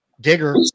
digger